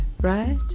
right